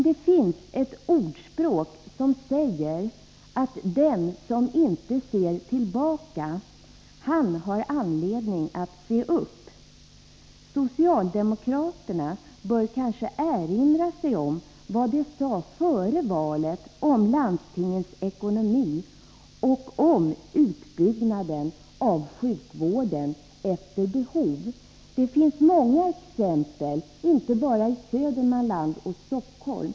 Det finns ett ordspråk som säger att den som inte ser tillbaka har anledning att se upp. Socialdemokraterna bör kanske erinra sig vad de sade före valet om landstingens ekonomi och utbyggnaden av sjukvården efter behov. Det finns många exempel, inte bara i Södermanland och i Stockholm.